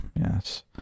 Yes